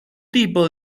tipo